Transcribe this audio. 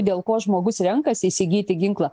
dėl ko žmogus renkasi įsigyti ginklą